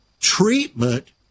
treatment